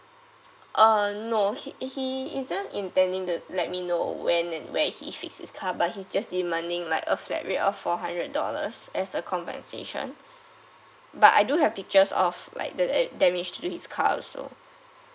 uh no he he isn't intending to let me know when and where he fix his car but he's just demanding like a flat rate of four hundred dollars as a compensation but I do have pictures of like the damage to his car also